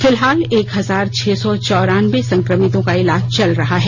फिलहाल एक हजार छह सौ चारान्बे संक्रमितों का इलाज चल रहा है